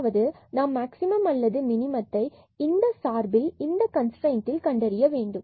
அதாவது நாம் மேக்ஸிமம் அல்லது மினிமத்தை இந்த x2 y2 2x சார்பில் இந்த கன்ஸ்ரெய்ன்ட்டை கண்டறிய வேண்டும்